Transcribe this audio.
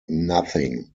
nothing